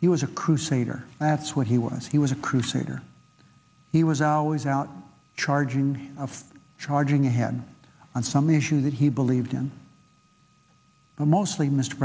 he was a crusader that's what he was he was a crusader he was always out charging of charging ahead on some issue that he believed in but mostly mr